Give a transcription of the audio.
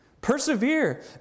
Persevere